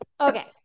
Okay